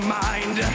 mind